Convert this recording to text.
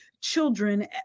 children